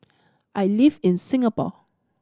I live in Singapore